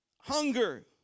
hunger